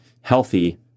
healthy